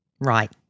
Right